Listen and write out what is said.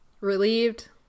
Relieved